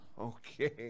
Okay